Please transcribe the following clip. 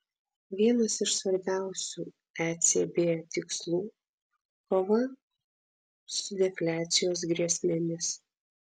vienas iš svarbiausių ecb tikslų kova su defliacijos grėsmėmis